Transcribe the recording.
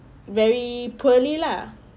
very poorly lah